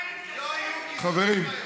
חברים.